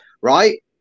Right